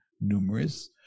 numerous